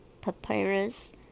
Papyrus